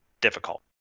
difficult